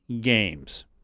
games